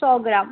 સો ગ્રામ